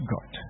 God